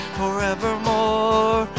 forevermore